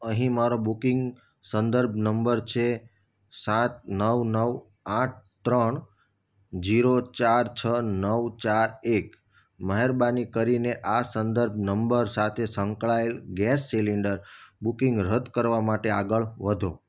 અહીં મારો બુકિંગ સંદર્ભ નંબર છે સાત નવ નવ આઠ ત્રણ શૂન્ય ચાર છ નવ ચાર એક મહેરબાની કરીને આ સંદર્ભ નંબર સાથે સંકળાયેલ ગેસ સિલિન્ડર બુકિંગ રદ કરવા માટે આગળ વધો